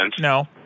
No